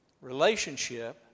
Relationship